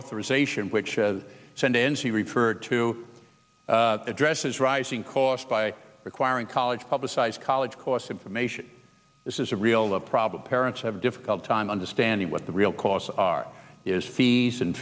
reauthorization which as i said and she referred to addresses rising costs by requiring college publicized college costs information this is a real a problem parents have a difficult time understanding what the real costs are is fees and